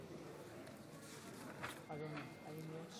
נגד האם יש